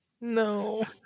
No